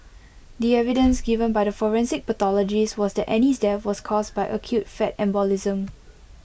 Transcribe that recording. the evidence given by the forensic pathologist was that Annie's death was caused by acute fat embolism